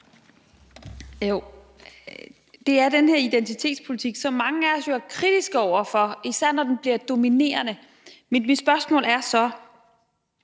Det er den her identitetspolitik, som mange af os jo er kritiske over for, især når den bliver dominerende, men mit spørgsmål er så: